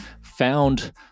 found